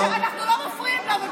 מסוכן יותר מהמחבלים.